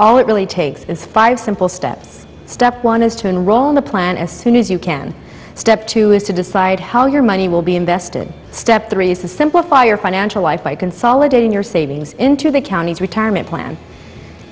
all it really takes is five simple steps step one is to enroll in the plan as soon as you can step two is to decide how your money will be invested step three is to simplify your financial life by consolidating your savings into the county's retirement plan